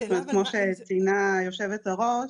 זאת אומרת, כמו שציינה יושבת הראש,